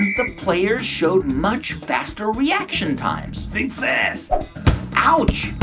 the players showed much faster reaction times think fast ouch.